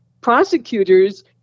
prosecutors